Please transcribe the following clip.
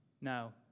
Now